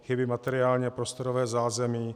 Chybí materiální a prostorové zázemí.